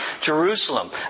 Jerusalem